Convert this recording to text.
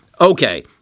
Okay